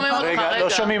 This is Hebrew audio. ראשית,